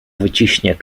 wyciśnie